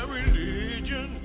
religion